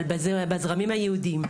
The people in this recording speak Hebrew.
אבל בזרמים היהודים.